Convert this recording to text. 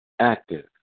active